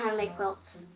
um make quilts.